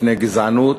מפני גזענות,